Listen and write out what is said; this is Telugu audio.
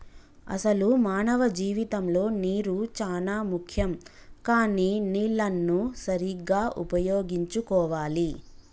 అసలు మానవ జీవితంలో నీరు చానా ముఖ్యం కానీ నీళ్లన్ను సరీగ్గా ఉపయోగించుకోవాలి